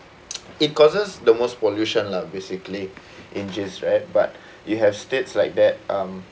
it causes the most pollution lah basically injust right but you have states like that um